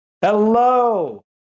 Hello